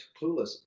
clueless